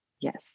yes